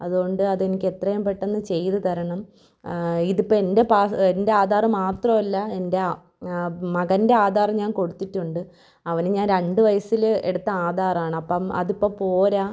അതുകൊണ്ട് അതെനിക്ക് എത്രയും പെട്ടന്ന് ചെയ്ത് തരണം ഇതിപ്പം എൻ്റെ പാ എൻ്റെ ആധാറ് മാത്രമല്ല എൻ്റെ മകൻ്റെ ആധാറ് ഞാൻ കൊടുത്തിട്ടുണ്ട് അവന് ഞാൻ രണ്ട് വയസ്സിൽ എടുത്ത ആധാറാണപ്പം അതിപ്പം പോരാ